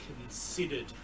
considered